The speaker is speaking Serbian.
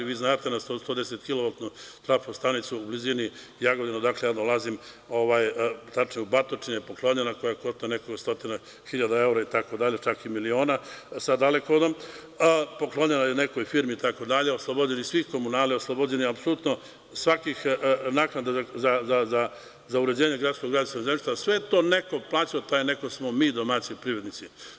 Vi znate na 110 kilovatnu trafo-stanicu u blizini Jagodine odakle ja dolazim, tačno je u Batočini, poklonjena je, koja košta nekoliko stotina hiljada evra, itd, čak i miliona sa dalekovodom, poklonjena je nekoj firmi, oslobođeni svih komunalija, oslobođeni apsolutno svakih naknada za uređenje gradskog građevinskog zemljišta, sve je to neko plaćao, taj neko smo mi, domaći privrednici.